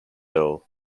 earl